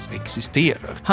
existerar